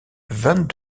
vingt